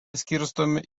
skirstomi